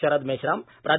शरद मेश्राम प्रा